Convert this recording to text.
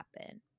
happen